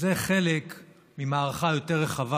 זה חלק ממערכה יותר רחבה,